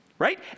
right